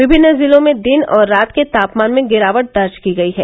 विभिन्न जिलों में दिन और रात के तापमान में गिरावट दर्ज की गयी है